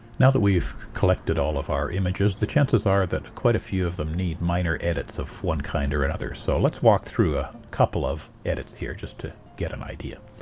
now that we've collected all of our images the chances are that quite a few of them need minor edits of one kind or another so let's walk through a couple of edits here just to get an idea.